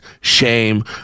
shame